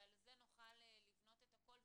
ועל זה נוכל לבנות את הכול.